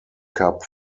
cup